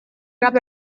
gab